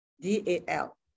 d-a-l